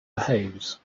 behaves